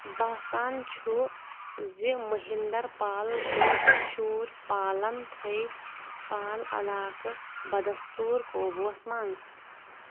باسان چھُ زِ مٔہِندر پال تہٕ شوٗر پالَن تھٔے پال علاقہٕ بَدَستوٗر قوبوٗوَس منٛز